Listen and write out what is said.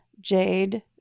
Jade